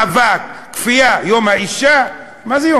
מאבק, כפייה, יום האדם,